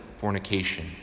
fornication